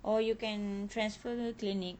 or you can transfer clinic